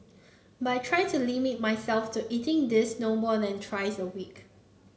but I try to limit myself to eating these no more than thrice a week